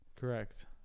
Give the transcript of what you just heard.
Correct